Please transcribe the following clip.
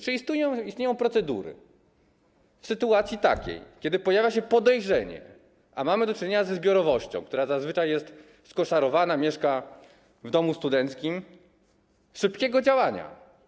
Czy istnieją procedury - w sytuacji kiedy pojawia się podejrzenie, a mamy do czynienia ze zbiorowością, która zazwyczaj jest skoszarowana, mieszka w domu studenckim - dotyczące szybkiego działania?